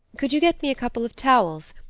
could you get me a couple of towels?